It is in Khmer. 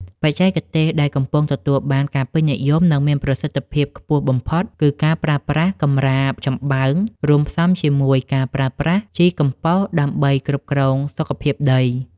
បច្ចេកទេសដែលកំពុងទទួលបានការពេញនិយម និងមានប្រសិទ្ធភាពខ្ពស់បំផុត គឺការប្រើប្រាស់កម្រាលចំបើងរួមផ្សំជាមួយការប្រើប្រាស់ជីកំប៉ុស្តដើម្បីគ្រប់គ្រងសុខភាពដី។